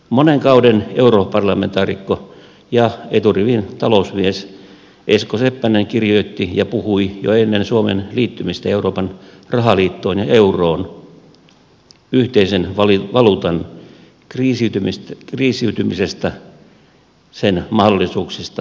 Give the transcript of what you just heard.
monen kauden europarlamentaarikko ja eturivin talousmies esko seppänen kirjoitti ja puhui jo ennen suomen liittymistä euroopan rahaliittoon ja euroon yhteisen valuutan kriisiytymisestä sen mahdollisuuksista ja seurauksista